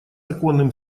оконным